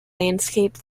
landscape